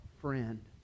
friend